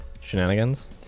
shenanigans